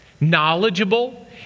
knowledgeable